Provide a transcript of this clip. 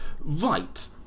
Right